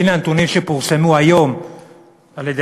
והנה הנתונים שפורסמו היום על-ידי